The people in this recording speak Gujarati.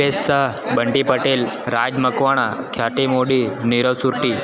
દીપેશ શાહ બંટી પટેલ રાજ મકવાણા ખ્યાતિ મોદી નીરવ સુરતી